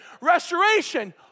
restoration